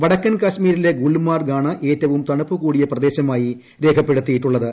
വടക്കൻ കാശ്മീരിലെ ഗുൽമാർഗ് ആണ് ഏറ്റവും തണുപ്പ് കൂടിയ പ്രദേശമായി രേഖപ്പെടുത്തിയിട്ടുള്ളത്